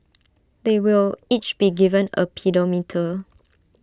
they will each be given A pedometer